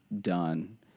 done